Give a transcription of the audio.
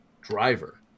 driver